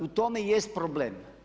U tome jest problem.